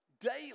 daily